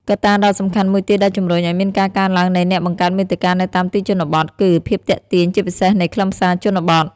កត្តាដ៏សំខាន់មួយទៀតដែលជំរុញឲ្យមានការកើនឡើងនៃអ្នកបង្កើតមាតិកានៅតាមទីជនបទ គឺ ភាពទាក់ទាញជាពិសេសនៃខ្លឹមសារជនបទ។